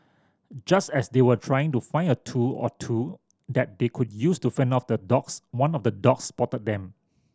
just as they were trying to find a tool or two that they could use to fend off the dogs one of the dogs spotted them